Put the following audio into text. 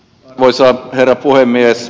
arvoisa herra puhemies